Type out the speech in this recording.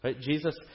Jesus